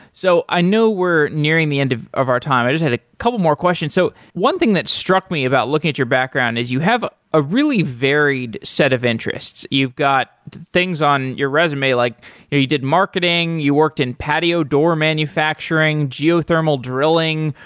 so i know we're nearing the end of of our time. i just have a couple more questions. so one thing that struck me about looking at your background is you have a really varied set of interests. you've got things on your resume, like you did marketing, you worked in patio door manufacturing, geothermal drilling,